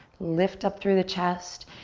lift up through the chest.